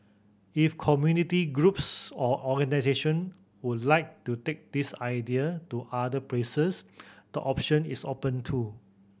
if community groups or organisation would like to take this idea to other places the option is open too